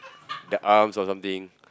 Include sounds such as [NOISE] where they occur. [NOISE] the arms or something